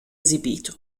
esibito